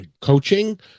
coaching